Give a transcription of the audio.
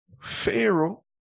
Pharaoh